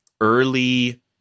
early